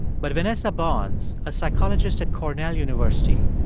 but vanessa bohns, a psychologist at cornell university,